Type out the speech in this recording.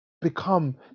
become